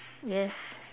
yes